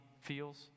feels